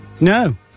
No